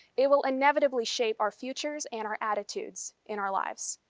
it will inevitably shape our futures and our attitudes in our lives.